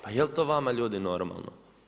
Pa jel' to vama ljudi normalno?